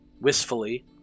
wistfully